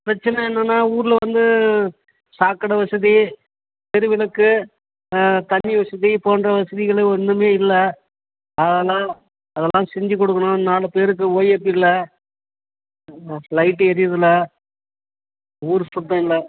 பிரச்சனை என்னென்னா ஊரில் வந்து சாக்கடை வசதி தெருவிளக்கு தண்ணி வசதி போன்ற வசதிகளு ஒன்றுமே இல்லை அதெல்லாம் அதெல்லாம் செஞ்சிக்கொடுக்கணும் நாலுப்பேருக்கு ஓஏபி இல்லை லைட் எரியிறதில்லை ஊர் சுத்தம் இல்லை